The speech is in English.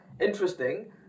interesting